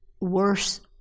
worse